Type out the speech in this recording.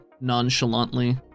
nonchalantly